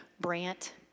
Brant